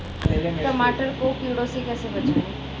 टमाटर को कीड़ों से कैसे बचाएँ?